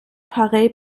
pareille